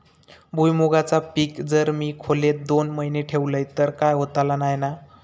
भुईमूगाचा पीक जर मी खोलेत दोन महिने ठेवलंय तर काय होतला नाय ना?